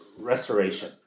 restoration